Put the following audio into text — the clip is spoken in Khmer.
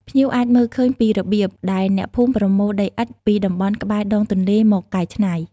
ភ្ញៀវអាចមើលឃើញពីរបៀបដែលអ្នកភូមិប្រមូល ដីឥដ្ឋ ពីតំបន់ក្បែរដងទន្លេមកកែច្នៃ។